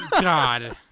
God